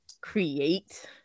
create